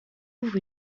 ouvre